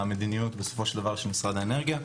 המדיניות בסופו של דבר של משרד האנרגיה,